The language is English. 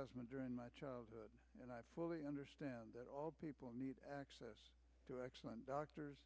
asthma during my childhood and i fully understand that all people need access to excellent doctors